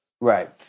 right